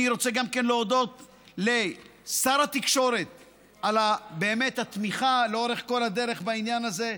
אני רוצה להודות גם לשר התקשורת על התמיכה לאורך כל הדרך בעניין הזה,